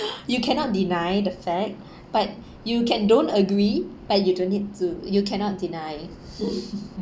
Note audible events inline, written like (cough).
you cannot deny the fact but you can don't agree but you don't need to you cannot deny (laughs)